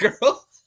Girl